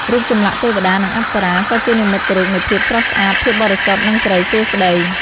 រូបចម្លាក់ទេវតា និងអប្សរា ក៏ជានិមិត្តរូបនៃភាពស្រស់ស្អាត ភាពបរិសុទ្ធ និងសិរីសួស្តី។